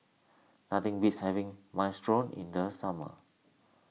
nothing beats having Minestrone in the summer